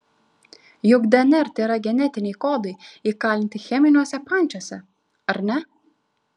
juk dnr tėra genetiniai kodai įkalinti cheminiuose pančiuose ar ne